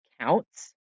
counts